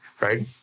right